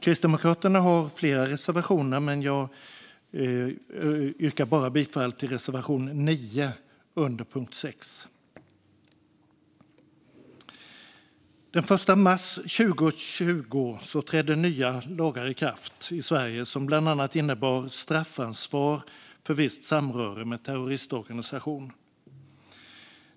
Kristdemokraterna har flera reservationer, men jag yrkar bifall bara till reservation 9 under punkt 6. Den 1 mars 2020 trädde nya lagar i kraft i Sverige som bland annat innebar straffansvar för visst samröre med terroristorganisation.